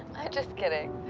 just kidding.